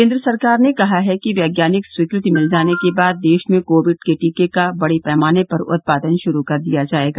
केन्द्र सरकार ने कहा है कि वैज्ञानिक स्वीकृति मिल जाने के बाद देश में कोविड के टीके का बड़े पैमाने पर उत्पादन शुरू कर दिया जाएगा